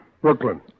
Brooklyn